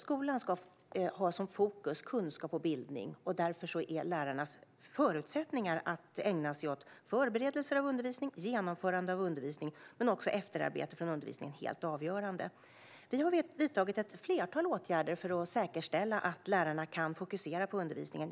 Skolan ska ha kunskap och bildning i fokus. Därför är lärarnas förutsättningar att ägna sig åt förberedelser av undervisning och genomförande av undervisning men också efterarbete från undervisning helt avgörande. Vi har vidtagit ett flertal åtgärder för att säkerställa att lärarna kan fokusera på undervisningen.